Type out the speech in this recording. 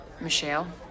Michelle